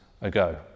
ago